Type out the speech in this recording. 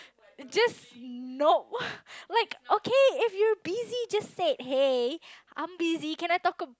just nope like okay if you're busy just say hey I'm busy can I talk ab~